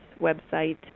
website